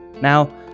Now